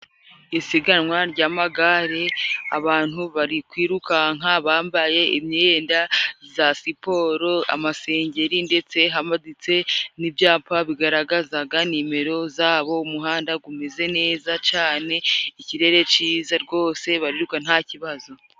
Isiganwa ry'amagare abantu barikwirukanka bambaye imyenda za siporo, amasengeri, ndetse hamanitse n'ibyapa bigaragazaga nimero zabo. Umuhanda gumeze neza cane, ikirere ciza rwose bariruka nta kibazo.